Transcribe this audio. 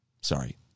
Sorry